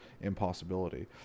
impossibility